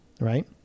right